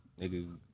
nigga